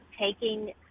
taking